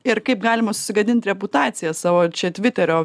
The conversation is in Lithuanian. ir kaip galima susigadint reputaciją savo čia tviterio